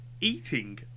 eating